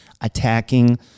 attacking